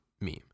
meme